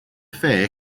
fair